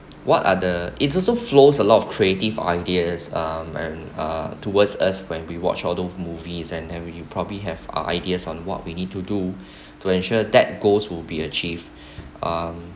what other it's also flows a lot of creative ideas um man uh towards us when we watch all those movies and then you probably have uh ideas on what we need to do to ensure that goals will be achieved um